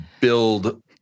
build